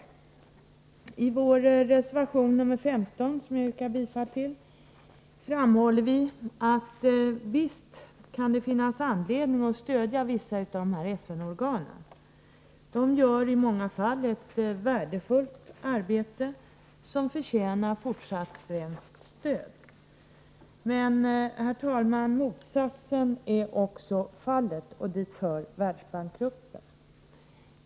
I vår reservation nr 15, som jag yrkar bifall till, framhåller vi att det visst kan finnas anledning att stödja vissa av FN-organen. De gör i många fall ett värdefullt arbete, som förtjänar fortsatt svenskt stöd. Men, herr talman, det finns också exempel på motsatsen, och dit hör Världsbanksgruppen.